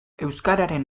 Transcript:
euskararen